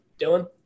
Dylan